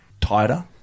tighter